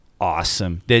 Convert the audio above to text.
awesome